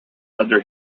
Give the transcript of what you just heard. under